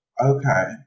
Okay